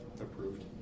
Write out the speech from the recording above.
approved